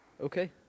Okay